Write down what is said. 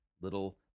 little